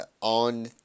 on